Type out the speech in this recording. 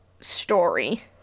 story